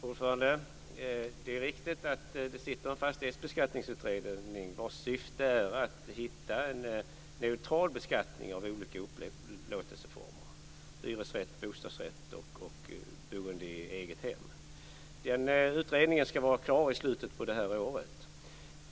Fru talman! Det är riktigt att det sitter en fastighetsbeskattningsutredning vars syfte är att hitta en neutral beskattning av olika upplåtelseformer såsom hyresrätt, bostadsrätt och boende i eget hem. Den utredningen skall vara klar i slutet av det här året.